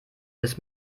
des